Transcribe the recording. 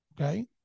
Okay